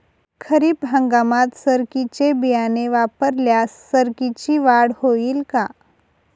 खरीप हंगामात सरकीचे बियाणे वापरल्यास सरकीची वाढ होईल का?